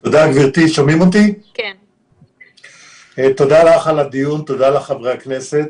תודה, גברתי, על הדיון, תודה לחברי הכנסת.